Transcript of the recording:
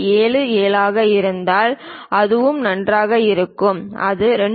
77 ஆக இருந்தால் அதுவும் நன்றாக இருக்கும் அது 2